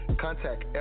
contact